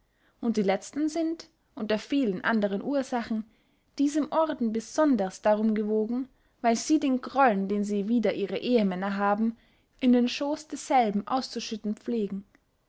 und die letztern sind unter vielen andern ursachen diesem orden besonders darum gewogen weil sie den grollen den sie wider ihre ehemänner haben in den schooß desselben auszuschütten pflegen